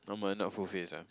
normal not full face ah